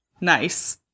nice